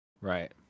right